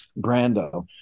Brando